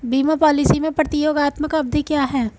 बीमा पॉलिसी में प्रतियोगात्मक अवधि क्या है?